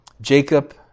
Jacob